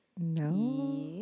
No